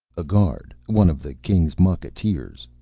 a guard, one of the king's mucketeers,